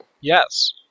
Yes